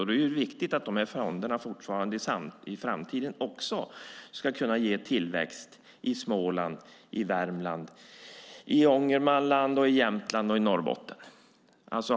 Då är det viktigt att fonderna också i framtiden ska kunna ge tillväxt i Småland, Värmland, Ångermanland, Jämtland och Norrbotten.